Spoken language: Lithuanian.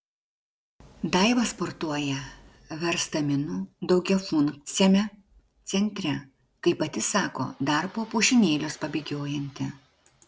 daiva sportuoja verstaminų daugiafunkciame centre kaip pati sako dar po pušynėlius pabėgiojanti